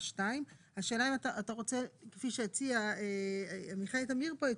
2. השאלה אם אתה רוצה כפי שהציע עמיחי תמיר פה,